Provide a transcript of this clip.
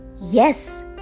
Yes